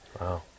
Wow